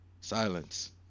Silence